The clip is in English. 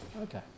Okay